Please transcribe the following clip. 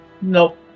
Nope